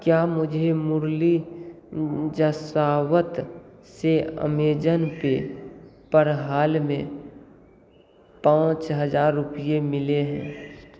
क्या मुझे मुरली जसावत से अमेजन पे पर हाल में पाँच हज़ार रुपये मिले हैं